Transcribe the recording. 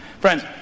Friends